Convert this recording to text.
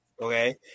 Okay